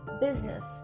business